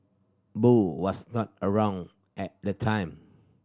Boo was not around at the time